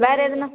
வேறு எதுனா